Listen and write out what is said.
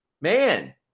Man